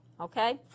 okay